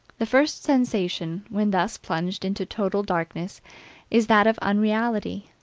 the first sensation when thus plunged into total darkness is that of unreality,